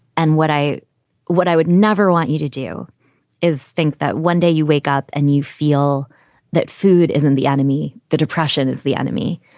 and what i what i would never want you to do is think that one day you wake up and you feel that food isn't the enemy. the depression is the enemy,